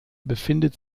befindet